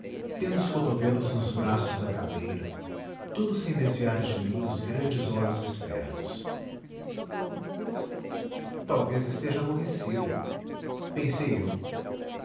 tendo os cotovelos nos braços da cadeira tudo sem desviar de mim os grandes olhos espertos talvez esteja aborrecida pensei eu